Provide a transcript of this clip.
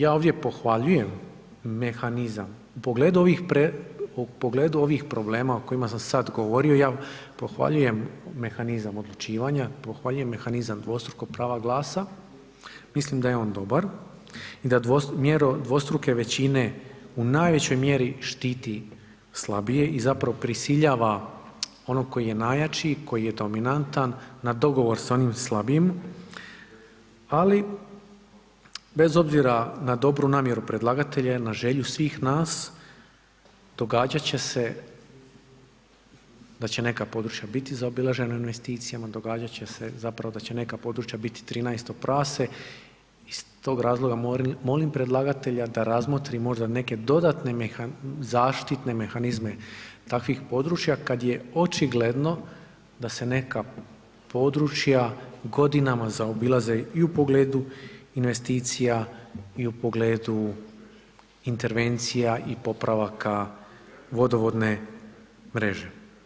Ja ovdje pohvaljujem mehanizam u pogledu ovih problema o kojima sam sad govorio ja pohvaljujem mehanizam odlučivanja, pohvaljujem mehanizam dvostrukog prava glasa, mislim da je on dobar i da mjeru dvostruke većine u najvećoj mjeri štiti slabije i zapravo prisiljava onog koji je najjači, koji je dominantan na dogovor s onim slabijim, ali bez obzira na dobru namjeru predlagatelja i na želju svih nas događat će se da će neka područja biti zaobilažena investicijama, događat će se zapravo da će neka područja biti 13 prase i iz tog razloga molim predlagatelja da razmotri možda neke dodatne zaštitne mehanizme takvih područja kad je očigledno da se neka područja godinama zaobilaze i u pogledu investicija i u pogledu intervencija i popravaka vodovodne mreže.